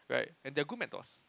right and there are good mentors